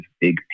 big